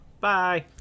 bye